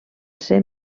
ser